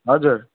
हजुर